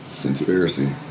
Conspiracy